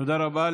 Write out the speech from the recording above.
תודה רבה.